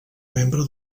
membre